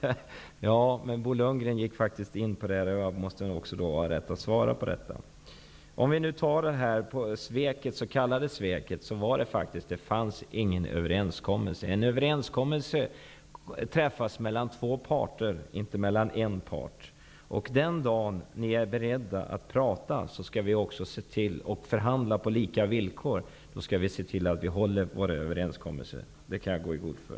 Fru talman! Men Bo Lundgren gick faktiskt in på denna fråga, och då måste jag få ha rätt att svara på den. Vi har då frågan om det s.k. sveket. Det fanns faktiskt ingen överenskommelse. En överenskommelse träffas mellan två parter, inte mellan en part. Den dag ni är beredda att prata skall vi i Ny demokrati se till att förhandla på lika villkor. Då skall vi hålla våra överenskommelser. Det kan jag gå i god för.